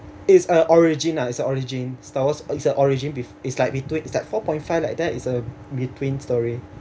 is a origin ah is the origin star wars is a origin with it's like in between is like four point five like that is a between story